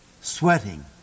sweating